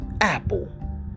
Apple